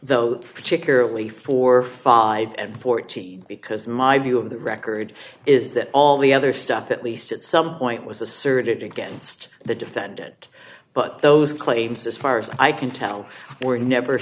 the particularly forty five and fourteen because my view of the record is that all the other stuff at least at some point was asserted against the defendant but those claims as far as i can tell were never